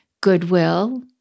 goodwill